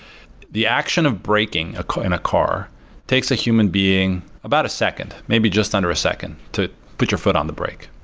the action of braking in a car takes a human being about a second, maybe just under a second, to put your foot on the brake.